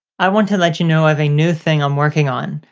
i want to let you know of a new thing i'm working on,